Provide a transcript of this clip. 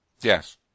Yes